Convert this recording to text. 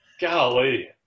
Golly